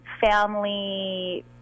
family